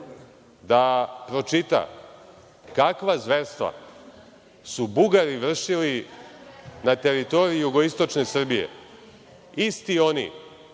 da pročita kakva zverstva su Bugari vršili na teritoriji jugoistočne Srbije, isti oni